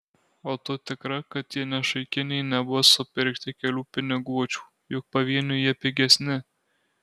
o tu tikra kad tie nešaikiniai nebus supirkti kelių piniguočių juk pavieniui jie pigesni